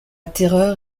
terreur